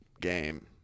game